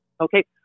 Okay